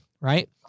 right